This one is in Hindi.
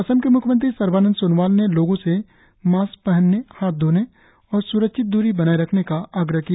असम के म्ख्यमंत्री सर्बानंद सोनोवाल ने लोगों से मास्क पहनने हाथ धोने और स्रक्षित दूरी बनाए रखने का आग्रह किया